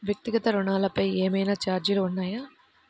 వ్యక్తిగత ఋణాలపై ఏవైనా ఛార్జీలు ఉన్నాయా?